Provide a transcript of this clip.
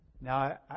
Now